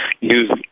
use